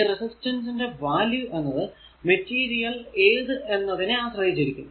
ഈ റെസിസ്റ്റൻസ് ന്റെ വാല്യൂ എന്നത് മെറ്റീരിയൽ ഏതു എന്നതിനെ ആശ്രയിച്ചിരിക്കും